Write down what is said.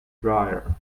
dryer